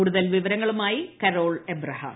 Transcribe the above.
കൂടുതൽ വിവരങ്ങളുമായി Carol Abraham